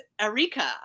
Erika